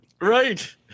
Right